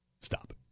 stop